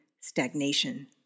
stagnation